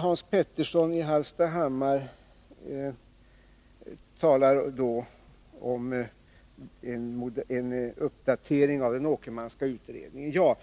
Hans Petersson i Hallstahammar talar om en uppdatering av den Åkermanska utredningen.